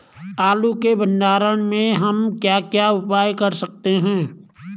आलू के भंडारण में हम क्या क्या उपाय कर सकते हैं?